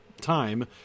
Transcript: time